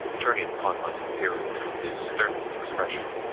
turning upon my superior with his sternest expression,